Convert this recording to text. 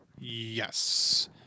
Yes